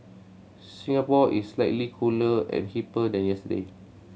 Singapore is slightly cooler and hipper than yesterday